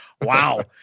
Wow